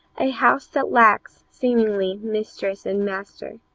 a house that lacks, seemingly, mistress and master,